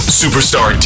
superstar